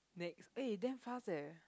next eh damn fast eh